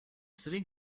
sitting